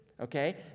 okay